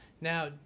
Now